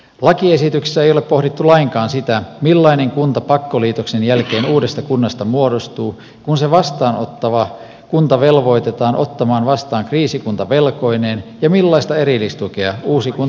lakiesityksessä ei ole pohdittu lainkaan sitä millainen kunta pakkoliitoksen jälkeen uudesta kunnasta muodostuu kun se vastaanottava kunta velvoitetaan ottamaan vastaan kriisikunta velkoineen ja millaista erillistukea uusi kunta tarvitsee